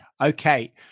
Okay